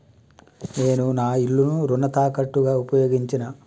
నేను నా ఇల్లును రుణ తాకట్టుగా ఉపయోగించినా